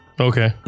Okay